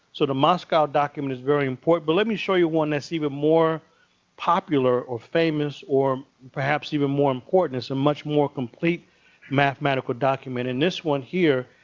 so the moscow document is very important, but let me show you one that's even more popular or famous or perhaps even more important as a much more complete mathematical document. in this one here,